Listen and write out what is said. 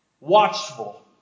watchful